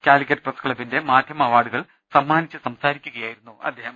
കാലിക്കറ്റ് പ്രസ്സ്ക്ലബ്ബിന്റെ മാധ്യമ അവാർഡുകൾ സമ്മാനിച്ച് സംസാരിക്കുകയായിരുന്നു അദ്ദേഹം